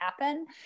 happen